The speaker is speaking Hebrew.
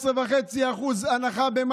14.5% הנחה.